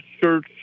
Church